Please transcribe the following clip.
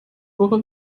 woche